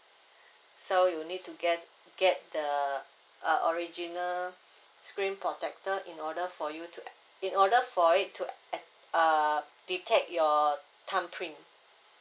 so you need to get get the uh original screen protector in order for you to uh in order for it to uh uh detect your thumb print